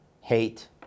hate